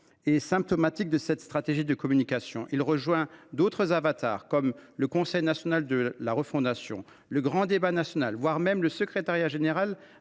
est symptomatique de cette stratégie de communication. Celui ci rejoint d’autres avatars, comme le Conseil national de la refondation (CNR), le grand débat national, voire le secrétariat général